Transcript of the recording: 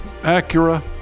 Acura